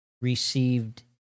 received